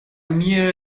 mir